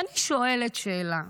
ואני שואלת שאלה: